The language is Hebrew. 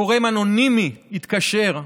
גורם אנונימי התקשר,